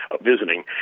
visiting